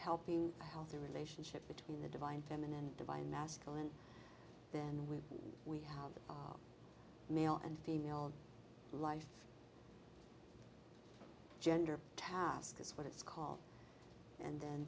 helping a healthy relationship between the divine feminine divine masculine then when we have the male and female life gender task is what it's called and then